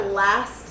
last